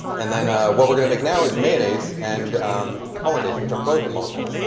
and then what we're going to make now is mayonnaise and hollandaise which are both emulsions.